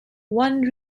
one